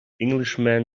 englishman